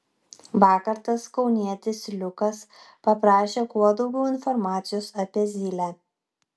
vakar tas kaunietis liukas paprašė kuo daugiau informacijos apie zylę